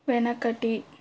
వెనకటి